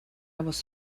was